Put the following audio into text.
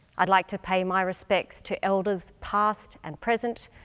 i would like to pay my respects to elders, past and present,